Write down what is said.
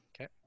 Okay